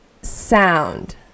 Sound